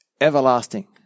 everlasting